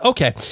Okay